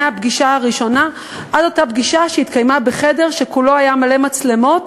מהפגישה הראשונה עד אותה פגישה שהתקיימה בחדר שכולו היה מלא מצלמות